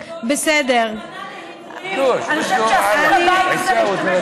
אני מוחה על השימוש